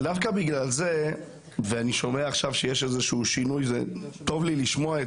אני שומע שעכשיו יש איזשהו שינוי וטוב לי לשמוע את